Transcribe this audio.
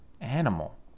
animal